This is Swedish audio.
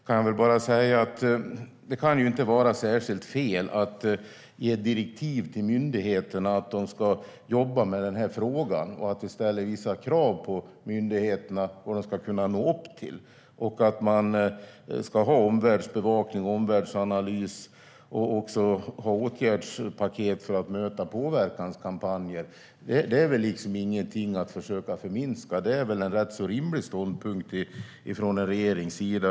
Jag kan väl bara säga: Det kan inte vara särskilt fel att vi ger direktiv till myndigheterna om att de ska jobba med den här frågan och att vi ställer vissa krav på myndigheterna i fråga om vad de ska kunna nå upp till och att de ska ha omvärldsbevakning, omvärldsanalys och också åtgärdspaket för att möta påverkanskampanjer. Det är väl ingenting som man ska försöka förminska. Det är en rätt rimlig ståndpunkt från en regerings sida.